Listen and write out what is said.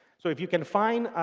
so if you can find,